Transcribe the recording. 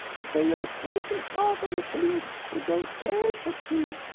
but they're a trifle hard on the police who don't care for tea,